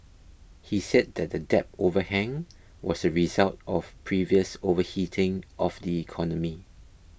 he said that the debt overhang was a result of previous overheating of the economy